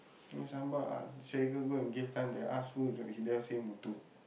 and some more Sekar go and give them they ask who he they all say Muthu